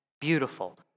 beautiful